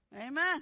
Amen